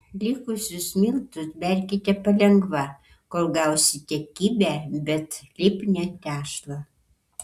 likusius miltus berkite palengva kol gausite kibią bet lipnią tešlą